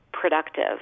Productive